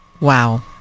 Wow